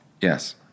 Yes